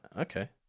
Okay